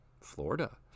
Florida